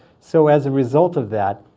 so as a result of that,